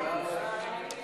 סעיף